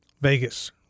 Vegas